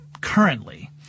currently